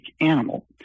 animal